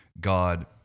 God